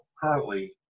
currently